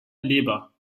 leber